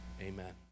Amen